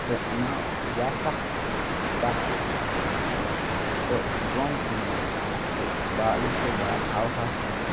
تہٕ نَو یا سَتھ فٕٹ سَتھ فٕٹ چھِ آسان اَتھ ہایٹ تہٕ دۄن ٹیٖمَن چھِ یہِ یِہٕے بال ہَوہَس منٛز